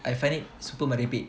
I find it super merepek